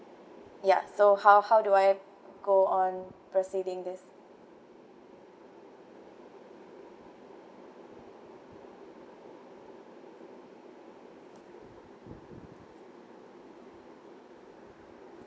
ya so how how do I go on proceeding this